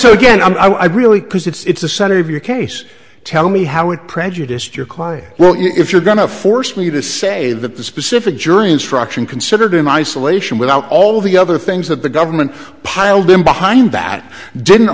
so again i'm i really cause it's the center of your case tell me how it prejudiced your client well if you're going to force me to say that the specific jury instruction considered in isolation without all the other things that the government piled in behind that didn't